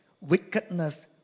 wickedness